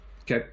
Okay